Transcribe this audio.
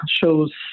shows